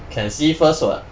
can see first [what]